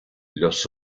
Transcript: los